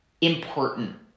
important